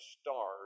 stars